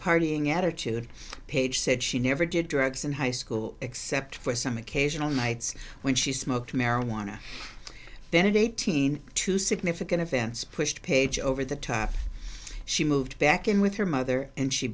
partying attitude paige said she never did drugs in high school except for some occasional nights when she smoked marijuana then an eighteen two significant events pushed paige over the she moved back in with her mother and she